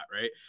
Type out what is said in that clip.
Right